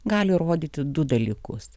gali rodyti du dalykus